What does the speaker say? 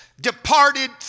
departed